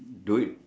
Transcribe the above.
do it